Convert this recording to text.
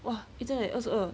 !wah! 已经有二十二